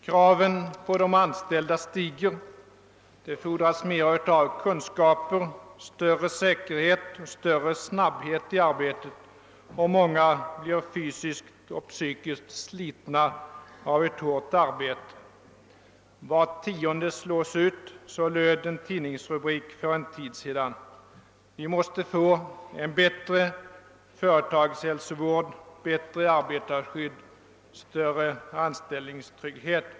Kraven på de anställda stiger, det fordras mer kunskap, större säkerhet och större snabbhet i arbetet, och många blir fysiskt och psykiskt slitna av ett hårt arbete. »Var tionde slås ut» — så löd en tidningsrubrik för en tid sedan. Vi måste få bättre företagshälsovård, bättre arbetarskydd, större anställningstrygghet.